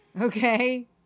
okay